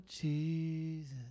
Jesus